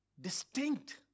distinct